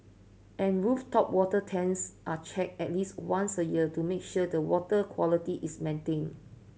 and rooftop water tanks are checked at least once a year to make sure the water quality is maintained